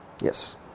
Yes